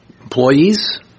employees